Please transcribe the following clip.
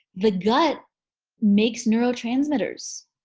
the gut makes neurotransmitters.